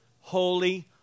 holy